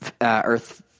Earth